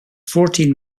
fourteen